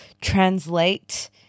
translate